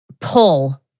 pull